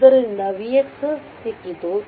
ಆದ್ದರಿಂದ vx ಸಿಕ್ಕಿತು